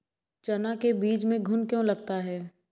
चना के बीज में घुन क्यो लगता है?